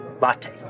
Latte